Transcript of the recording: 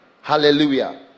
Hallelujah